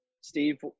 Steve